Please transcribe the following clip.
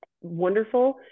wonderful